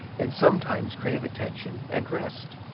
and sometimes crave attention and rest.